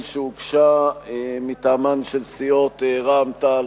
שהוגשה מטעמן של סיעות רע"ם-תע"ל,